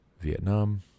Vietnam